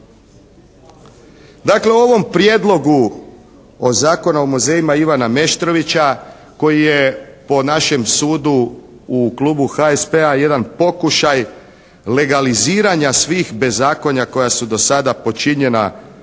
Dakle u ovom Prijedlogu o Zakonu o muzejima Ivana Meštrovića koji je po našem sudu u klubu HSP-a jedan pokušaj legaliziranja svih bezakonja koja su do sada počinjena kroz